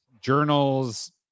journals